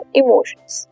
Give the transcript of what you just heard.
emotions